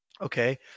Okay